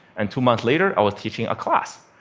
and two months later i was teaching a class.